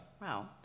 Wow